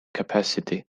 capacity